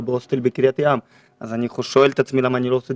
בהוסטל בקרית ים אז אני שואל את עצמי למה אני לא עושה